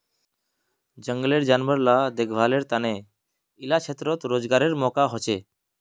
जनगलेर जानवर ला देख्भालेर तने इला क्षेत्रोत रोज्गारेर मौक़ा होछे